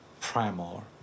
primal